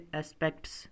aspects